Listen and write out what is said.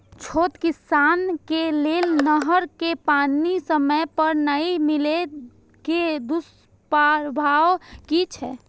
छोट किसान के लेल नहर के पानी समय पर नै मिले के दुष्प्रभाव कि छै?